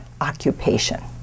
occupation